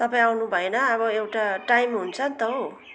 तपाईँ आउनुभएन अब एउटा टाइम हुन्छ नि त हौ